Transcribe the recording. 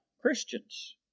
Christians